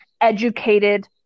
educated